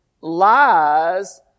lies